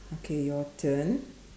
okay your turn